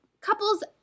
couples